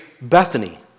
Bethany